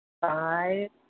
five